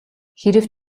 хэрэв